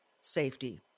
safety